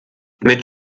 mit